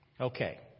Okay